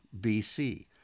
BC